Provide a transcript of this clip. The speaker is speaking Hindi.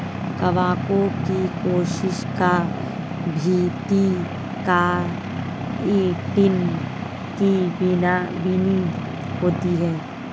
कवकों की कोशिका भित्ति काइटिन की बनी होती है